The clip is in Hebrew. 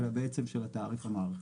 אלא בעצם של התעריף המערכתי.